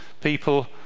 people